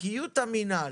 "חוקיות המינהל",